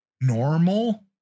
normal